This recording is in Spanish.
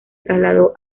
trasladó